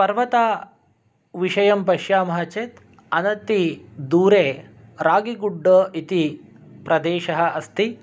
पर्वतविषयं पश्यामः चेत् अनतिदूरे रागिगुड्डु इति प्रदेशः अस्ति